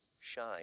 Shine